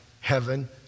heaven